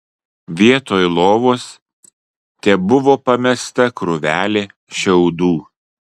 vietoj lovos tebuvo pamesta krūvelė šiaudų